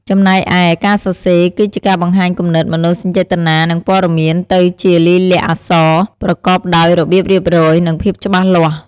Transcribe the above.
ចំណែកឯ ការសរសេរ គឺជាការបង្ហាញគំនិត មនោសញ្ចេតនា និងព័ត៌មានទៅជាលាយលក្ខណ៍អក្សរប្រកបដោយរបៀបរៀបរយ និងភាពច្បាស់លាស់។